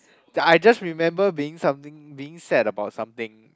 that I just remember being something being sad about something